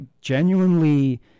genuinely